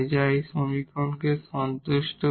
যা এই সমীকরণকে সন্তুষ্ট করে